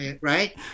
right